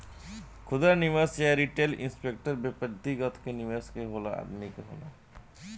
खुदरा निवेशक या रिटेल इन्वेस्टर व्यक्तिगत निवेश करे वाला आदमी होला